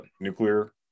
nuclear